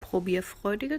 probierfreudige